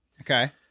Okay